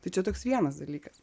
tai čia toks vienas dalykas